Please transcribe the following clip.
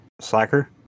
Slacker